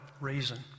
reason